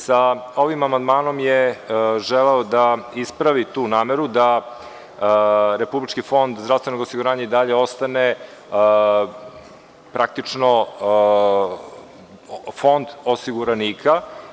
Sa ovim amandmanom je želeo da ispravi tu nameru da Republički fond zdravstvenog osiguranja i dalje ostane, praktično, fond osiguranika.